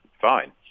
fine